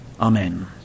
Amen